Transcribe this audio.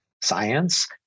science